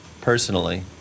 personally